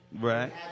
Right